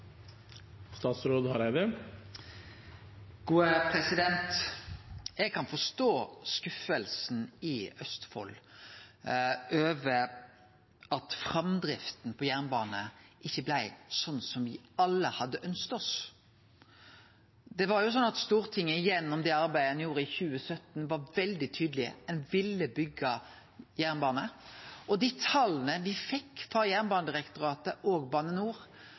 kan forstå skuffelsen i Østfold over at framdrifta på jernbane ikkje blei sånn som me alle hadde ønskt oss. Det var jo sånn at Stortinget gjennom det arbeidet ein gjorde i 2017, var veldig tydelege på at ein ville byggje jernbane, og tala me fekk frå Jernbanedirektoratet og Bane NOR,